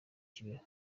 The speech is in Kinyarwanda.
kibeho